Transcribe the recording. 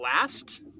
last